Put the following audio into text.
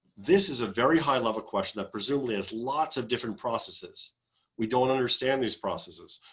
this is a very high level question that presumably has lots of different processes we don't understand these processes.